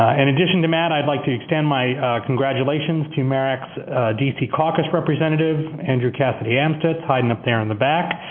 and addition to matt, i'd like to extend my congratulates to marac's d c. caucus representative, andrew cassidy-amstutz, hiding up there in the back,